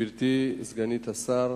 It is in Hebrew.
גברתי סגנית השר,